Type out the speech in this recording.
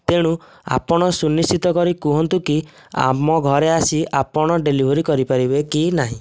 ତେଣୁ ଆପଣ ସୁନିଶ୍ଚିତ କରି କୁହନ୍ତୁ କି ଆମ ଘରେ ଆସି ଆପଣ ଡେଲିଭରି କରିପାରିବେ କି ନାହିଁ